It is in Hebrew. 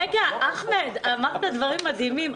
רגע, אחמד, אמרת דברים מדהימים.